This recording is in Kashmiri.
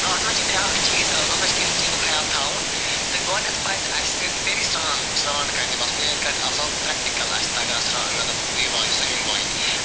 اَتھ مَنز چھِ بیٛاکھ چیٖز اتھ منز چھ کینٛہہ چیٖزُک خیال تھاوُن تہٕ گۄڈنٮ۪تھ پَزِ اَسہِ تیٚلہِ سرٛان سرٛان کَرنہِ وَسُن پرٛیٚکٹِکل آسہِ تگان سرٛان مَطلَب یہِ وایُن سِومِنٛگ وایِنۍ